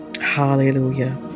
hallelujah